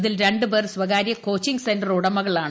ഇതിൽ രണ്ടു പേർ സ്വകാര്യ കോച്ചിംഗ് സെന്റർ ഉടമകളാണ്